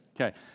Okay